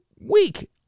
week